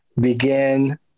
begin